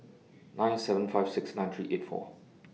nine seven five six nine three eight four